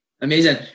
Amazing